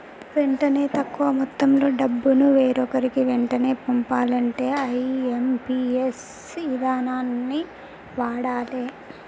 వెంటనే తక్కువ మొత్తంలో డబ్బును వేరొకరికి వెంటనే పంపాలంటే ఐ.ఎమ్.పి.ఎస్ ఇదానాన్ని వాడాలే